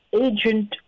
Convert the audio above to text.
agent